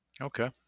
Okay